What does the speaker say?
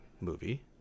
movie